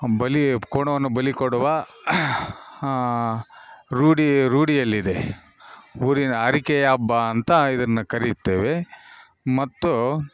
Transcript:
ಬಲಿ ಕೋಣವನ್ನು ಬಲಿ ಕೊಡುವ ರೂಢಿ ರೂಢಿಯಲ್ಲಿದೆ ಊರಿನ ಹರಕೆಯ ಹಬ್ಬ ಅಂತ ಇದನ್ನು ಕರಿತ್ತೇವೆ ಮತ್ತು